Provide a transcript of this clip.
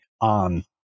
on